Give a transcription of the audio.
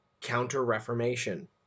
counter-reformation